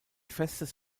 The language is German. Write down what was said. festes